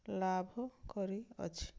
ଲାଭ କରିଅଛି